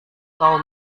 kau